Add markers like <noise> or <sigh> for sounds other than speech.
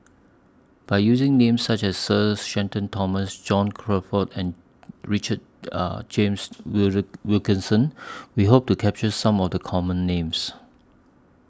By using Names such as Sir Shenton Thomas John Crawfurd and Richard <hesitation> James Wilkinson We Hope to capture Some of The Common Names